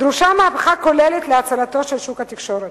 דרושה מהפכה כוללת להצלתו של שוק התקשורת.